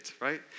right